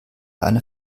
eine